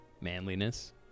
manliness